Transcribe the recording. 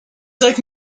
cinq